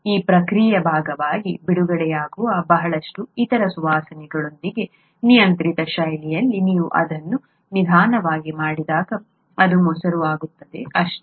ಈ ಪ್ರಕ್ರಿಯೆಯ ಭಾಗವಾಗಿ ಬಿಡುಗಡೆಯಾಗುವ ಬಹಳಷ್ಟು ಇತರ ಸುವಾಸನೆಗಳೊಂದಿಗೆ ನಿಯಂತ್ರಿತ ಶೈಲಿಯಲ್ಲಿ ನೀವು ಅದನ್ನು ನಿಧಾನವಾಗಿ ಮಾಡಿದಾಗ ಅದು ಮೊಸರು ಆಗುತ್ತದೆ ಅಷ್ಟೇ